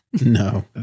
No